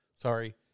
sorry